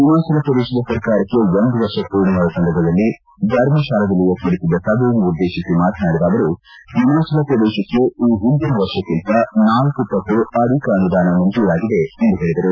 ಹಿಮಾಚಲ ಪ್ರದೇಶದ ಸರ್ಕಾರಕ್ಕೆ ಒಂದು ವರ್ಷ ಪೂರ್ಣವಾದ ಸಂದರ್ಭದಲ್ಲಿ ಧರ್ಮತಾಲಾದಲ್ಲಿ ಏರ್ಪಡಿಸಿದ್ದ ಸಭೆಯನ್ನುದ್ದೇಶಿಸಿ ಮಾತನಾಡಿದ ಅವರು ಹಿಮಾಚಲ ಶ್ರದೇಶಕ್ಕೆ ಈ ಹಿಂದಿನ ವರ್ಷಕ್ಕಿಂತ ನಾಲ್ಕ ಪಟ್ಟು ಅಧಿಕ ಅನುದಾನ ಮಂಜೂರಾಗಿದೆ ಎಂದು ಹೇಳಿದರು